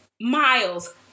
Miles